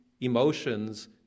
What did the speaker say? emotions